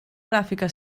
gràfica